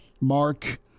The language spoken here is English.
mark